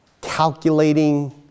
calculating